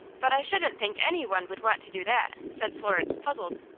but i shouldn't think any one would want to do that, said florence, puzzled.